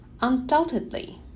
Undoubtedly